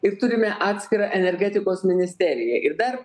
ir turime atskirą energetikos ministeriją ir dar